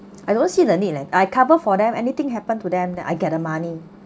I don't see the need leh I cover for them anything happen to them than I get the money